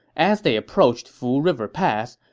as they approached fu river pass,